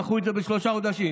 דחו את זה בשלושה חודשים.